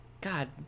God